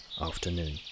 afternoon